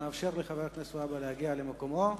נאפשר לחבר הכנסת והבה להגיע למקומו.